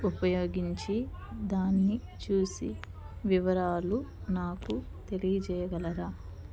ఉపయోగించి దాన్ని చూసి వివరాలు నాకు తెలియచెయ్యగలరా